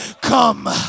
come